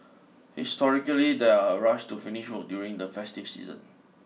historically there are a rush to finish work during the festive season